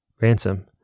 Ransom